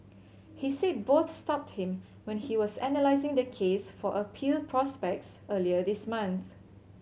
he said both stopped him when he was analysing their case for appeal prospects earlier this month